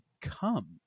come